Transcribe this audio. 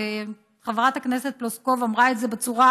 וחברת הכנסת פלוסקוב אמרה את זה בצורה